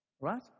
Right